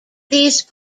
these